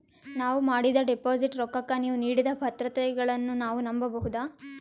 ನಾವು ಮಾಡಿದ ಡಿಪಾಜಿಟ್ ರೊಕ್ಕಕ್ಕ ನೀವು ನೀಡಿದ ಭದ್ರತೆಗಳನ್ನು ನಾವು ನಂಬಬಹುದಾ?